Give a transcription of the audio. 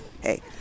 hey